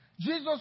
Jesus